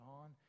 on